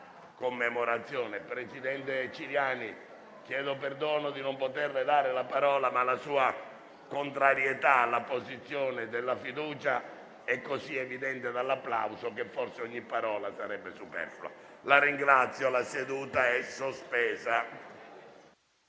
commemorazione. Presidente Ciriani, le chiedo perdono per non poterle dare la parola, ma la sua contrarietà all'apposizione della fiducia è così evidente dall'applauso che forse ogni parola sarebbe superflua. La seduta è sospesa.